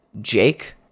jake